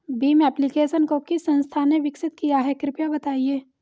Bhim application को किस संस्था ने विकसित किया है कृपया बताइए?